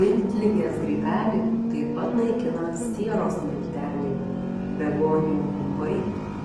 miltligės grybelį taip pat naikina sieros milteliai begonijų gumbai